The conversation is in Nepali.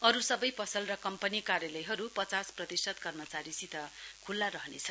अरू सबै पसल र कम्पनी कार्यालयहरू पचास प्रतिशत कर्मचारीहरूसित खुल्ला रहनेछ